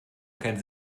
kein